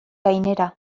gainera